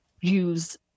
use